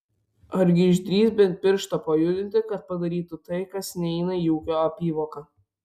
argi išdrįs bent pirštą pajudinti kad padarytų tai kas neįeina į ūkio apyvoką